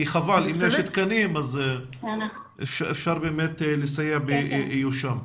כי חבל, אז אפשר לסייע באיושם.